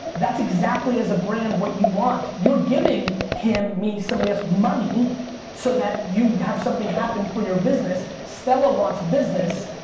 that's exactly as a brand what you want. you're giving him, me, somebody else, money so that you have something happen for your business. stella wants business,